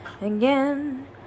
again